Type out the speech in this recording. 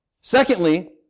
Secondly